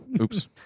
Oops